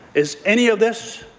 is any of this